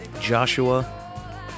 Joshua